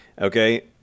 Okay